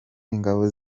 ingabo